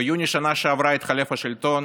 ביוני בשנה שעברה התחלף השלטון